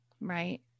Right